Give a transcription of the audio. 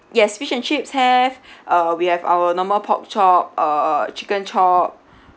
yes fish and chips have uh we have our normal pork chop uh chicken chop